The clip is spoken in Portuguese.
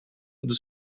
dos